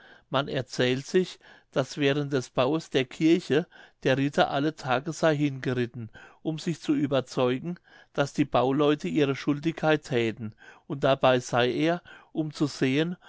man erzählt sich daß während des baues der kirche der ritter alle tage sey hingeritten um sich zu überzeugen daß die bauleute ihre schuldigkeit thäten und dabei sey er um zu sehen